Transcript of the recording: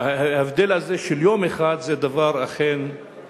ההבדל הזה של יום אחד הוא דבר שהוא אבסורד.